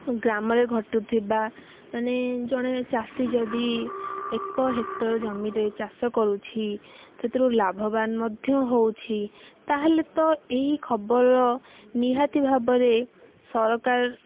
ଗ୍ରାମରେ ଘଟୁଥିବା ମାନେ ଜଣେ ଚାଷି ଯଦି ଏକ ହେକ୍ଟର୍ ଜମିରେ ଚାଷ କରୁଛି ସେଥିରୁ ଲାଭବାନ ମଧ୍ୟ ହେଉଛି ତାହେଲେ ତ ଏହି ଖବର ନିହାତି ଭାବରେ ସରକାର